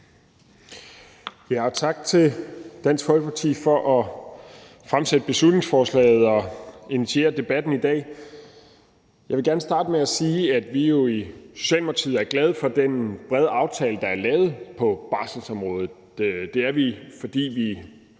tak til Dansk Folkeparti for at fremsætte beslutningsforslaget og initiere debatten i dag. Jeg vil gerne starte med at sige, at vi i Socialdemokratiet er glade for den brede aftale, der er lavet på barselsområdet. Det er vi, fordi vi